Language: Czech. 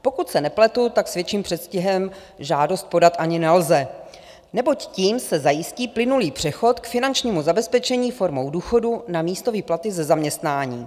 Pokud se nepletu, s větším předstihem žádost podat ani nelze, neboť tím se zajistí plynulý přechod k finančnímu zabezpečení formou důchodu namísto výplaty ze zaměstnání.